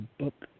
book